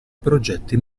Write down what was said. progetti